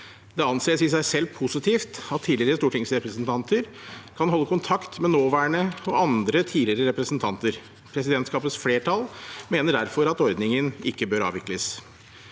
Det anses i seg selv positivt at tidligere stortingsrepresentanter kan holde kontakt med nåværende og andre tidligere representanter. Presidentskapets flertall mener derfor at ordningen ikke bør avvikles.